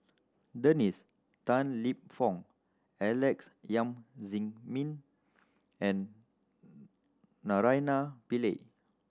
Dennis Tan Lip Fong Alex Yam Ziming and Naraina Pillai